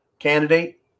candidate